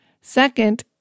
Second